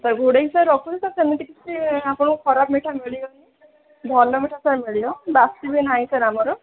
ଘୋଡ଼ାଇକି ରଖୁଛୁ ତ ସେମିତି କିଛି ଆପଣଙ୍କୁ ଖରାପ ମିଠା ମିଳିବନି ଭଲ ମିଠା ସାର୍ ମିଳିବ ବାସି ବି ନାହିଁ ସାର୍ ଆମର